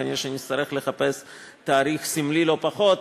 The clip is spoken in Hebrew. כנראה נצטרך לחפש תאריך סמלי לא פחות,